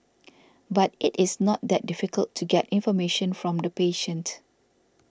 but it is not that difficult to get information from the patient